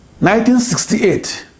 1968